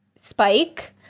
Spike